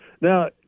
Now